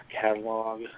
catalog